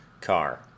car